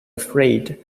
afraid